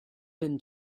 been